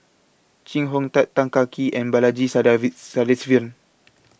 Chee Hong Tat Tan Kah Kee and Balaji Sadasivan